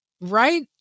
right